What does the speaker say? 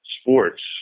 sports